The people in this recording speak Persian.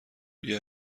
بیا